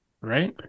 right